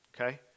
Okay